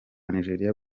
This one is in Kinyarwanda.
nigeria